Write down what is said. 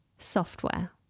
software